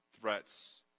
threats